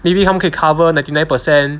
maybe 他们可以 cover ninety nine per cent